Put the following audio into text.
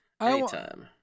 Anytime